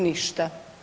Ništa.